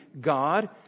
God